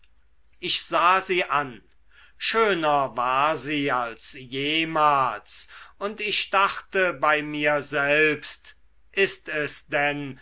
ich sah sie an schöner war sie als jemals und ich dachte bei mir selbst ist es denn